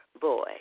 boy